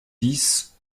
dix